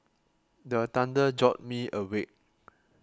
the thunder jolt me awake